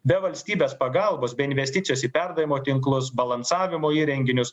be valstybės pagalbos be investicijos į perdavimo tinklus balansavimo įrenginius